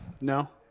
No